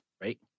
right